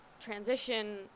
transition